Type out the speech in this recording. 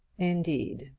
indeed.